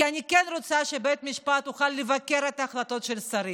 כי אני כן רוצה שבית המשפט יוכל לבקר החלטות של שרים,